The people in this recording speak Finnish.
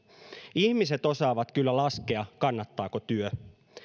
ihmiset osaavat kyllä laskea kannattaako työ